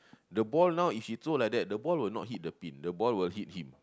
the ball now if he throw like that the ball will not hit the pin the ball will hit him